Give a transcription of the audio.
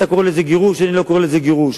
אתה קורא לזה גירוש, אני לא קורא לזה גירוש.